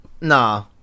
nah